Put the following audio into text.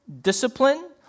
discipline